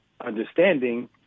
understanding